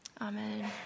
Amen